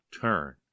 turn